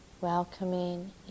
welcoming